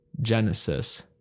genesis